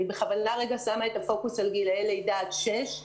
אני בכוונה שמה את הפוקוס על גילאי לידה עד שש.